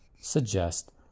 suggest